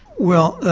well,